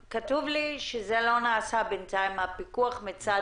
כתוב לי שהפיקוח לא נעשה.